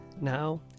now